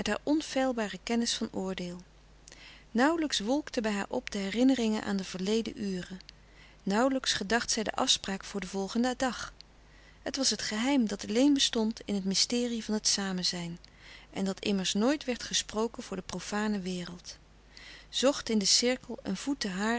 van oordeel nauwlijks wolkten bij haar op de herinneringen aan de verleden uren nauwlijks gedacht zij de afspraak voor den volgenden dag het was het geheim dat alleen bestond in het mysterie van het samen zijn en dat immers nooit werd gesproken voor de profane wereld zocht in den cirkel een voet